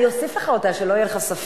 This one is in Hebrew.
אני אוסיף לך אותה, שלא יהיה לך ספק.